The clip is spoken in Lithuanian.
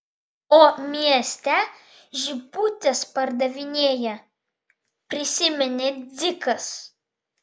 o mieste žibutes pardavinėja prisiminė dzikas